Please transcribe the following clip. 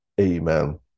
Amen